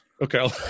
Okay